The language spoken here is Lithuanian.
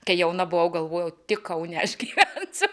kai jauna buvau galvojau tik kauneaš gyvensiu